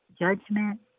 judgment